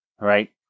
right